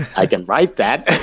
i can write that.